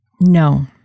No